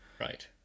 Right